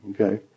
Okay